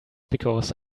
because